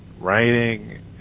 writing